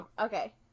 Okay